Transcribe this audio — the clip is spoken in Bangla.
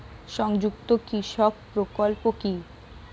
সংযুক্ত কৃষক প্রকল্প কি?